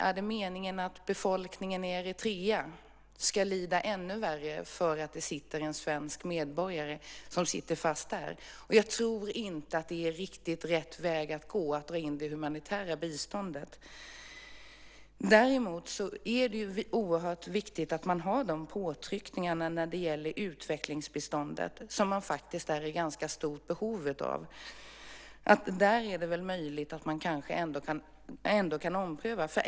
Är det meningen att befolkningen i Eritrea ska lida ännu värre för att en svensk medborgare sitter fast där? Jag tror inte att det är riktigt rätt väg att gå, att dra in det humanitära biståndet. Däremot är det oerhört viktigt att man har möjlighet till påtryckningar när det gäller utvecklingsbiståndet, som landet faktiskt är i ganska stort behov av. Där är det möjligt att ompröva.